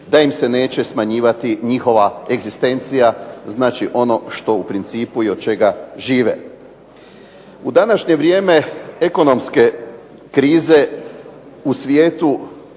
da im se neće smanjivati njihova egzistencija, znači ono što u principu i od čega žive. U današnje vrijeme ekonomske krize u svijetu,